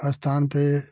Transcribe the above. स्थान पे